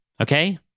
Okay